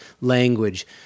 language